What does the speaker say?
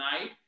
night